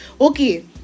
okay